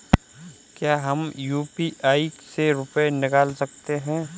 क्या हम यू.पी.आई से रुपये निकाल सकते हैं?